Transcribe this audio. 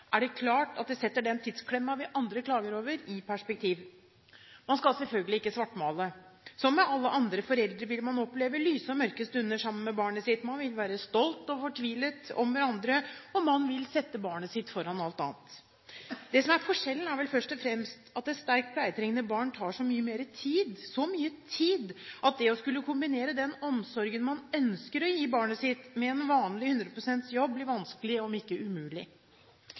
er det klart at det setter den tidsklemma vi andre klager over, i perspektiv. Man skal selvfølgelig ikke svartmale. Som alle andre foreldre vil man oppleve lyse og mørke stunder sammen med barnet sitt. Man vil være stolt og fortvilet om hverandre, og man vil sette barnet sitt foran alt annet. Det som er forskjellen, er vel først og fremst at et sterkt pleietrengende barn tar så mye mer tid – så mye tid at det å skulle kombinere den omsorgen man ønsker å gi barnet sitt, med en vanlig 100 pst. jobb, blir vanskelig, om ikke umulig.